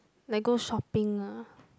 like go shopping lah